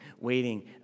waiting